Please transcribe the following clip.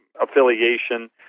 affiliation